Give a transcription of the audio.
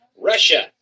Russia